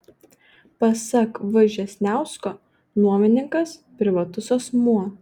pasak vžesniausko nuomininkas privatus asmuo